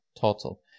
total